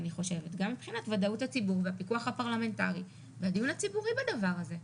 גם מבחינת ודאות הציבור והפיקוח הפרלמנטרי והדיון הציבורי בדבר הזה.